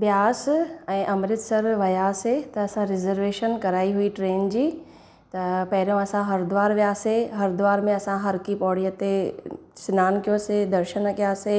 ब्यास ऐं अमृतसर वियासे त असां रिज़र्वेशन कराई हुई ट्रेन जी त पहिरियों असां हरिद्वार वियासे हरिद्वार में असां हरकी पौड़ीअ ते सनानु कयोसीं दर्शन कयासीं